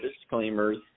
disclaimers